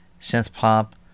Synth-pop